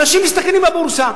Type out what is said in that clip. אנשים מסתכנים בבורסה.